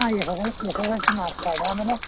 ಹಾಂ S S L S S L C marks card ಆಮೇಲೆ